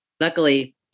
luckily